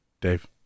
Dave